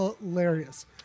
hilarious